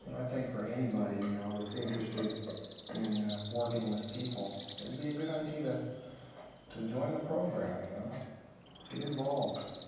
and i think for anybody you know that's interested in working with people, it'd be a good idea to join the program, you know get involved.